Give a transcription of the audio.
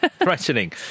threatening